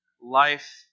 life